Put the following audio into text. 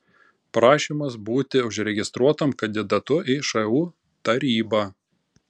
prašymas būti užregistruotam kandidatu į šu tarybą